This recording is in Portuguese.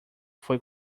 foi